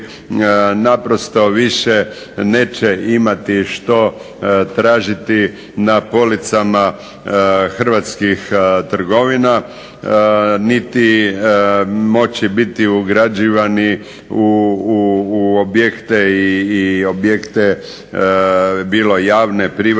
naprosto više neće imati što tražiti na policama hrvatskih trgovina niti moći biti ugrađivani u objekte bilo javne, privatne